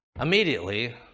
immediately